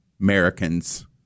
Americans